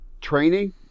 training